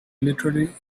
literally